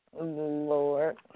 Lord